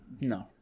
No